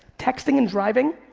texting and driving,